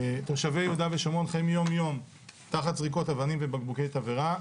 תושבי יהודה ושומרון חיים יום-יום תחת זריקות אבנים ובקבוקי תבערה.